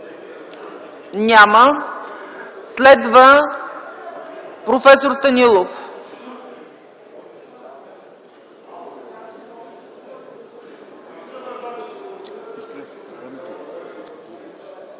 Няма. Следва проф. Станилов.